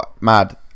mad